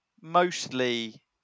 mostly